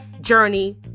journey